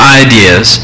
ideas